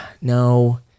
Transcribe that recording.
no